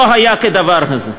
לא היה כדבר הזה.